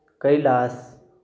Kailas